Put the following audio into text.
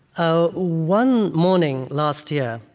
ah one morning last year,